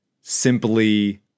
simply